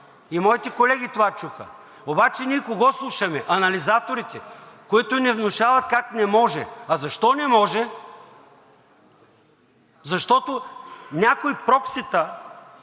и моите колеги това чуха. Обаче ние кого слушаме – анализаторите, които ни внушават как не може. А защо не може? Защото някои проксита